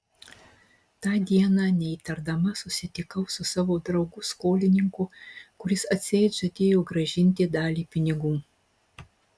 tą dieną neįtardama susitikau su savo draugu skolininku kuris atseit žadėjo grąžinti dalį pinigų